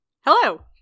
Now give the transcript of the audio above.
Hello